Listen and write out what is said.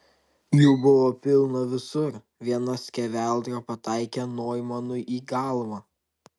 jų buvo pilna visur viena skeveldra pataikė noimanui į galvą